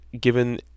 given